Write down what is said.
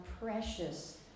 precious